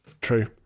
True